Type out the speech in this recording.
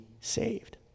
saved